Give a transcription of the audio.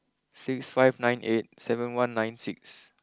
six five nine eight seven one nine six